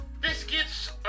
biscuits